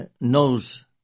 knows